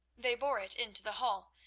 they bore it into the hall,